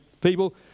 people